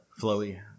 flowy